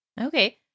Okay